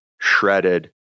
shredded